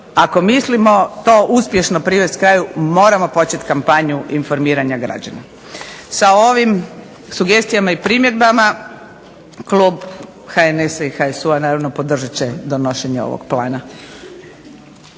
Ako mislimo to uspješno privesti kraju morao početi kampanju informiranja građana. Sa ovim sugestijama i primjedbama Klub HNS I HSU-a podržat će donošenje ovog Plana.